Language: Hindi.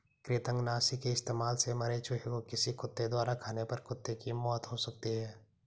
कृतंकनाशी के इस्तेमाल से मरे चूहें को किसी कुत्ते द्वारा खाने पर कुत्ते की मौत हो सकती है